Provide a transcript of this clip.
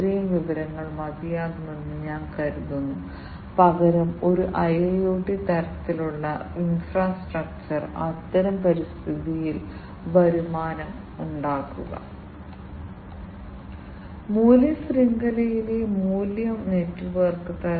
ഇത് IEEE 1451 standard പ്രകാരമാണ് ഇതൊരു സ്മാർട്ട് സെൻസറാണ് ഞങ്ങൾ സംസാരിക്കുന്നത് ഒരു ചെറിയ മെമ്മറിയും കണക്റ്റിവിറ്റിയും ഉള്ള ഒരു സ്മാർട്ട് സെൻസറിന്റെ നിർവചനത്തെക്കുറിച്ചാണ്